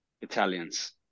Italians